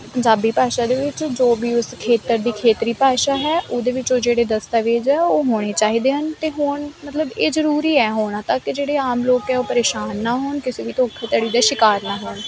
ਪੰਜਾਬੀ ਭਾਸ਼ਾ ਦੇ ਵਿੱਚ ਜੋ ਵੀ ਉਸ ਖੇਤਰ ਦੀ ਖੇਤਰੀ ਭਾਸ਼ਾ ਹੈ ਉਹਦੇ ਵਿੱਚ ਜਿਹੜੇ ਦਸਤਾਵੇਜ਼ ਆ ਉਹ ਹੋਣੇ ਚਾਹੀਦੇ ਹਨ ਅਤੇ ਹੁਣ ਮਤਲਬ ਇਹ ਜ਼ਰੂਰੀ ਹੈ ਹੋਣਾ ਤਾਂ ਕਿ ਜਿਹੜੇ ਆਮ ਲੋਕ ਆ ਉਹ ਪਰੇਸ਼ਾਨ ਨਾ ਹੋਣ ਕਿਸੇ ਵੀ ਧੋਖੇਧੜੀ ਦੇ ਸ਼ਿਕਾਰ ਨਾ ਹੋਣ